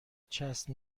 چسب